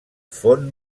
font